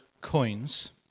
coins